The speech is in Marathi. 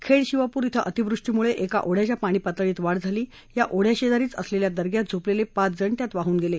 खेड शिवापूर िं अंतिवृष्टीमुळे एका ओढ्याच्या पाणीपातळीत वाढ झाली या ओढ्याशेजारीच असलेल्या दर्ग्यात झोपलेले पाच जण त्यात वाहन गेले